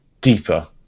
deeper